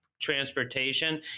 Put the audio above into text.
transportation